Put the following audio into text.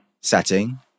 setting